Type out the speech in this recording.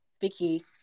Vicky